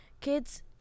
kids